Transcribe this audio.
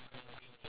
really